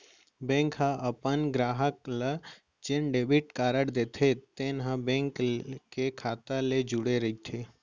bank ह अपन गराहक ल जेन डेबिट कारड देथे तेन ह बेंक के खाता ले जुड़े रइथे